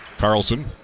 Carlson